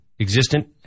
existent